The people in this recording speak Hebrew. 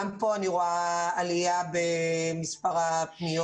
גם כאן אני רואה עלייה במספר הפניות אלינו.